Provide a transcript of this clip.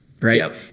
Right